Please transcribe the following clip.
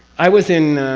i was in